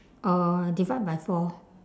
uh divide by four